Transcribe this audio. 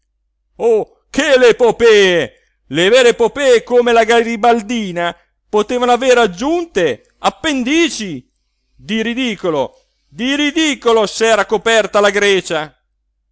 o che le epopee le vere epopee come la garibaldina potevano avere aggiunte appendici di ridicolo di ridicolo s'era coperta la grecia